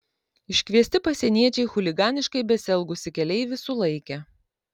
iškviesti pasieniečiai chuliganiškai besielgusį keleivį sulaikė